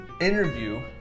interview